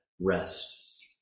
rest